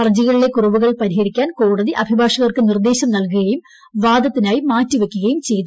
ഹർജികളിലെകുറവുകൾ പരിഹരിക്കാൻ കോടതിഅഭിഭാഷകർക്ക് നിർദ്ദേശം നൽകുകയുംവാദത്തിനായിമാറ്റിവയ്ക്കുകയുംചെയ്തു